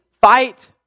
fight